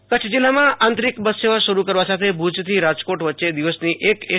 બસ સેવા કચ્છ જિલ્લામાં આંતરિક બસ સેવા શરૂ કરવા સાથે ભુજ થી રાજકોટ વચ્ચે દિવસ ની એક એસ